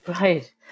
Right